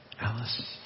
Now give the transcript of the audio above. Alice